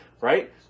right